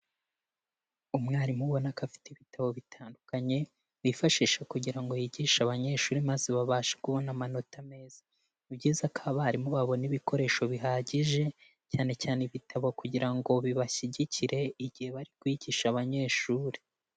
Umwarimu ubona ko afite ibitabo bitandukanye yifashisha kugira ngo yigishe abanyeshuri maze babashe kubona amanota meza, ni byiza ko abarimu babona ibikoresho bihagije cyane cyane ibitabo kugira ngo bibashyigikire igihe bari kwigisha abanyeshuri.